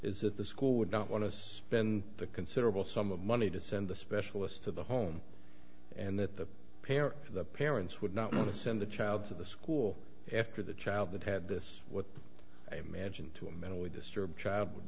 that the school would not want to spend the considerable sum of money to send the specialists to the home and that the pair of the parents would not want to send the child to the school after the child that had this what i imagine to a mentally disturbed child would